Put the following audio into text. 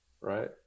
right